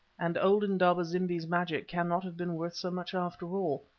and old indaba-zimbi's magic cannot have been worth so much after all,